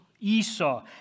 Esau